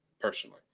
personally